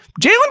Jalen